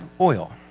oil